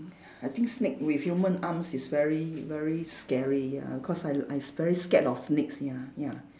I think snake with human arms is very very scary ah cause I I s~ very scared of snakes ya ya